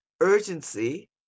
urgency